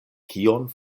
kion